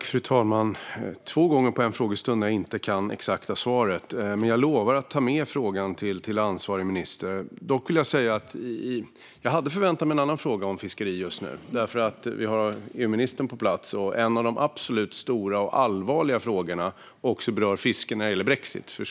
Fru talman! Två gånger under en frågestund kan jag inte ge det exakta svaret. Men jag lovar att ta med frågan till ansvarig minister. Dock vill jag säga att jag hade förväntat mig en annan fråga om fiskeri just nu eftersom vi har EU-ministern på plats. En av de stora och allvarliga frågorna när det gäller brexit berör också fisket.